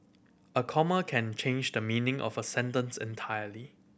a comma can change the meaning of a sentence entirely